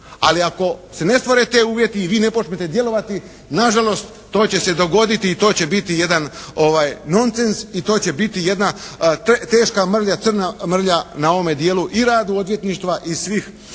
Ali ako se ne stvore ti uvjeti i vi ne počnete djelovati nažalost to će se dogoditi i to će biti jedan nonsens i to će biti jedna teška mrlja, crna mrlja na ovome djelu i radu odvjetništva i svih